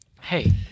Hey